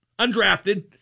undrafted